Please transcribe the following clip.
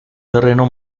terreno